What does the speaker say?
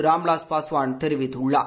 Ramvilas Paswan தெரிவிக்கள்ளார்